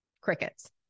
Crickets